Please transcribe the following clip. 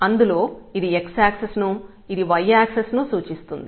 అందులో ఇది x axis ను ఇది y యాక్సిస్ ను సూచిస్తుంది